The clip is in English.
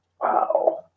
Wow